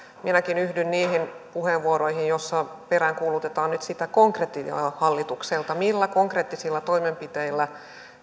minäkin yhdyn niihin puheenvuoroihin joissa peräänkuulutetaan nyt sitä konkretiaa hallitukselta millä konkreettisilla toimenpiteillä